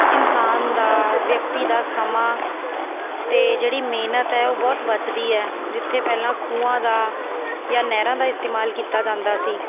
ਇਨਸਾਨ ਦਾ ਵਿਅਕਤੀ ਦਾ ਸਮਾਂ ਅਤੇ ਜਿਹੜੀ ਮਿਹਨਤ ਹੈ ਉਹ ਬਹੁਤ ਬਚਦੀ ਹੈ ਜਿੱਥੇ ਪਹਿਲਾਂ ਖੂਹਾਂ ਦਾ ਜਾਂ ਨਹਿਰਾਂ ਦਾ ਇਸਤਮਾਲ ਕੀਤਾ ਜਾਂਦਾ ਸੀ